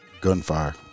gunfire